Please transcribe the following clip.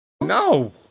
No